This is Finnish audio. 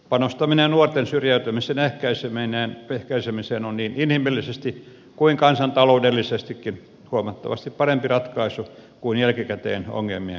panostaminen nuorten syrjäytymisen ehkäisemiseen on niin inhimillisesti kuin kansantaloudellisestikin huomattavasti parempi ratkaisu kuin jälkikäteen ongelmien korjaaminen